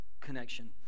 connection